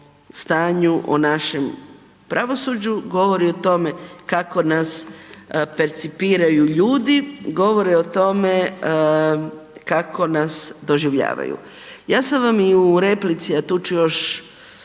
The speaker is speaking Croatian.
stanju, o našem pravosuđu, govori o tome kako nas percipiraju ljudi, govore o tome kako nas doživljavaju. Ja sam vam i u replici, a tu ću još